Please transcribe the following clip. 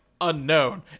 unknown